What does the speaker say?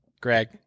greg